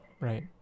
Right